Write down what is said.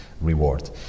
reward